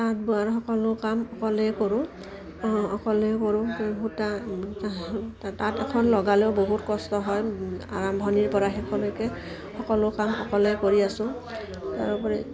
তাঁত বোৱাৰ সকলো কাম অকলেই কৰোঁ অকলে কৰোঁ সূতা তাঁত এখন লগালেও বহুত কষ্ট হয় আৰম্ভণিৰ পৰা শেষলৈকে সকলো কাম সকলোৱে কৰি আছোঁ তাৰোপৰি